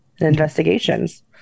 investigations